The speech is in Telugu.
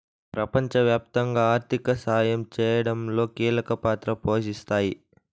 ప్రపంచవ్యాప్తంగా ఆర్థిక సాయం చేయడంలో కీలక పాత్ర పోషిస్తాయి